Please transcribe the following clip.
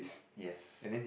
yes